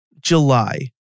July